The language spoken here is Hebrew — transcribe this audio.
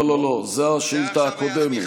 לא, לא, לא, זאת השאילתה הקודמת.